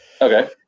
okay